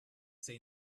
say